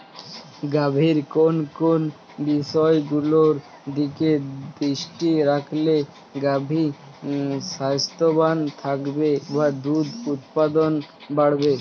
গাভীর কোন কোন বিষয়গুলোর দিকে দৃষ্টি রাখলে গাভী স্বাস্থ্যবান থাকবে বা দুধ উৎপাদন বাড়বে?